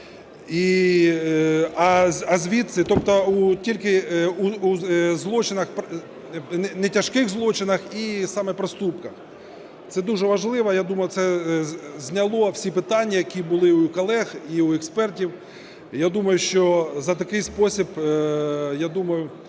групи, тільки у нетяжких злочинах і саме проступках. Це дуже важливо. Я думаю, це зняло всі питання, які були у колег і у експертів. Я думаю, що в такий спосіб цей